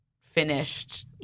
finished